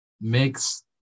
makes